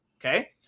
Okay